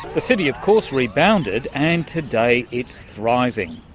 the city, of course, rebounded. and today it's thriving.